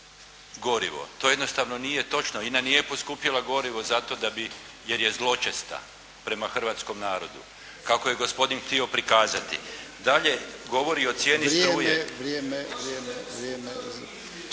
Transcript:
gorivo. To jednostavno nije točno. INA nije poskupjela gorivo zato da bi, jer je zločesta prema hrvatskom narodu kako je gospodin htio prikazati. Dalje govori o cijeni struje. … /Upadica: Vrijeme, vrijeme!